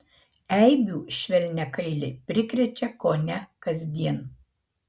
eibių švelniakailiai prikrečia kone kasdien